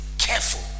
careful